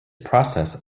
process